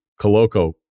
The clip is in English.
Coloco